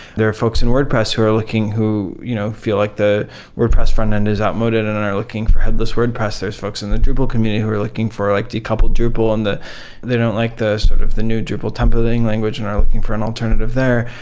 there are folks in wordpress who are looking who you know feel like the wordpress frontend is outmoded and and are looking for headless wordpress. there are folks in the drupal community who are looking for like decouple drupal and they don't like the sort of the new drupal templating language and are looking for an alternative there.